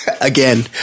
Again